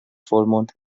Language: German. vollmond